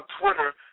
Twitter